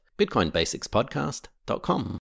Bitcoinbasicspodcast.com